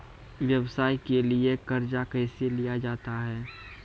व्यवसाय के लिए कर्जा कैसे लिया जाता हैं?